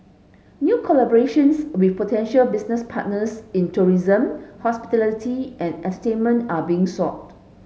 new collaborations with potential business partners in tourism hospitality and entertainment are being sought